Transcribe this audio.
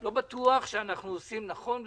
לא בטוח שאנחנו עושים נכון,